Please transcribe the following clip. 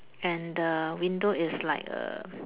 and the window is like a